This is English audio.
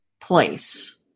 place